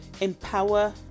empower